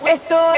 Esto